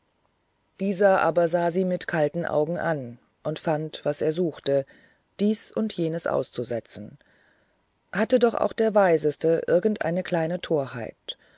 dieser aber sah sie mit kalten augen an und fand was er suchte dies und jenes auszusetzen hat doch auch der weiseste irgendeine kleine